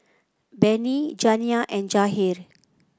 Bennie Janiah and Jahir